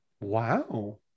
Wow